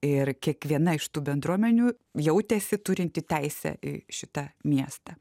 ir kiekviena iš tų bendruomenių jautėsi turinti teisę į šitą miestą